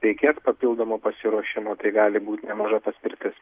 reikės papildomo pasiruošimo tai gali būti nemaža paspirtis